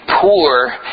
poor